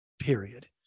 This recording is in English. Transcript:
period